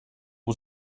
was